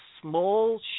small